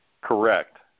Correct